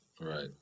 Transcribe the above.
Right